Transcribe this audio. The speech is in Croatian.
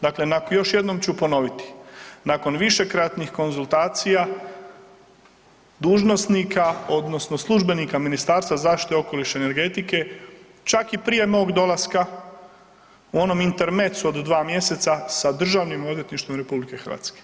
Dakle, još jednom ću ponoviti, nakon višekratnih konzultacija dužnosnika odnosno službenika Ministarstva zaštite okoliša i energetike čak i prije mog dolaska u onom intermecu od 2 mjeseca sa Državnim odvjetništvom RH.